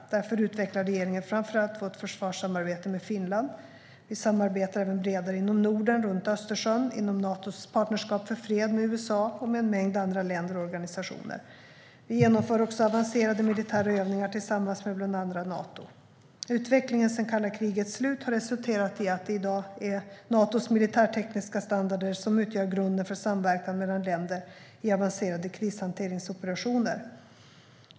Därför utvecklar regeringen framför allt vårt försvarssamarbete med Finland. Vi samarbetar även bredare inom Norden, runt Östersjön, inom Natos partnerskap för fred, med USA och med en mängd andra länder och organisationer. Vi genomför också avancerade militära övningar tillsammans med bland andra Nato. Utvecklingen sedan kalla krigets slut har resulterat i att det i dag är Natos militärtekniska standarder som utgör grunden för samverkan mellan länder i avancerade krishanteringsoperationer.